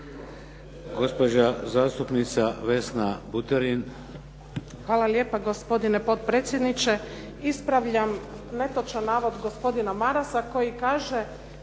Gospođa zastupnica Vesna Pusić.